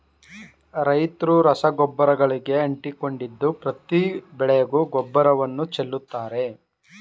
ರೈತ್ರು ರಸಗೊಬ್ಬರಗಳಿಗೆ ಅಂಟಿಕೊಂಡಿದ್ದು ಪ್ರತಿ ಬೆಳೆಗೂ ಗೊಬ್ಬರವನ್ನು ಚೆಲ್ಲುತ್ತಾರೆ